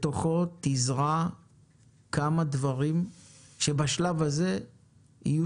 בתוכו תזרע כמה דברים שבשלב הזה יהיו